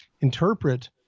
interpret